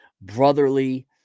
brotherly